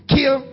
Kill